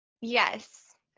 yes